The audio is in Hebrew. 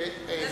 מה זה?